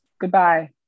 goodbye